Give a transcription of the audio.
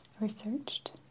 researched